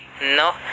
No